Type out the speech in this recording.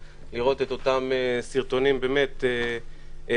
לראות את אותם סרטונים קשים,